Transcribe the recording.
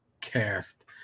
cast